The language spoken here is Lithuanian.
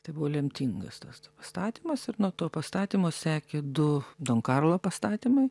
tai buvo lemtingas tas pastatymas ir nuo to pastatymo sekė du don karlo pastatymai